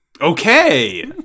okay